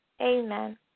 Amen